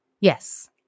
Yes